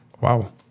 Wow